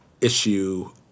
issue